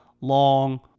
long